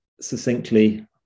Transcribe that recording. succinctly